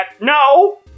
No